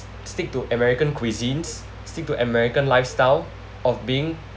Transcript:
stick to american cuisines stick to american lifestyle of being